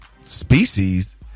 species